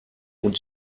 und